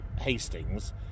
Hastings